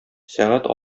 сәгать